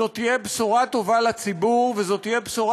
זו תהיה בשורה טובה לציבור וזו תהיה בשורה